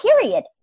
period